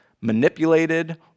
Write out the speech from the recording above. manipulated